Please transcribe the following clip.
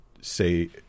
say